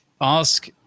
ask